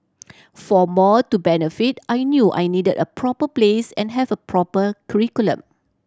for more to benefit I knew I needed a proper place and have a proper curriculum